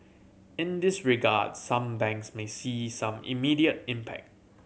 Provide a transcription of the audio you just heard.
in this regard some banks may see some immediate impact